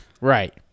Right